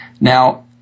Now